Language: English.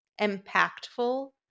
impactful